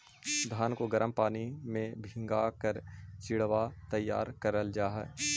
धान को गर्म पानी में भीगा कर चिड़वा तैयार करल जा हई